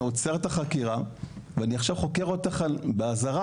אני עוצר את החקירה ואני עכשיו חוקר אותך באזהרה,